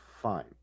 fine